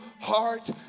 heart